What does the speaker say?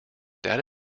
data